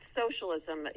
socialism